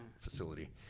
facility